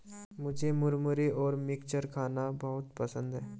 मुझे मुरमुरे और मिक्सचर खाना बहुत पसंद है